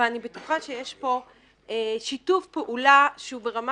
אבל אני בטוחה שיש פה שיתוף פעולה שהוא ברמה